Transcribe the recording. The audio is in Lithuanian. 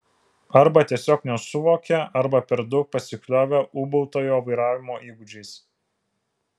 arba tiesiog nesuvokė arba per daug pasikliovė ūbautojo vairavimo įgūdžiais